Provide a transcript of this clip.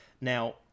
Now